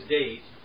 date